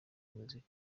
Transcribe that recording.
muzika